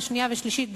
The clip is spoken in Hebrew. שנייה ושלישית,